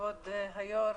כבוד היו"ר.